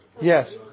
Yes